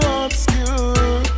obscure